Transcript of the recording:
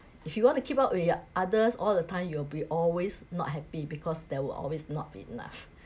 if you want to keep up with others all the time you'll be always not happy because there will always not enough